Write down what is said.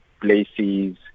places